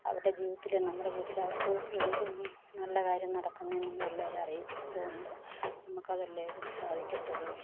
അവരുടെ ജീവിതത്തിലെ നമ്മുടെ ജീവിതത്തിലെ അവർക്ക് എന്തു നല്ല കാര്യം നടക്കുന്നതിനു മുമ്പ് എല്ലാവരേയും അറിയിക്കാറും ഉണ്ട് നമുക്കതല്ലേ സാധിക്കത്തുള്ളു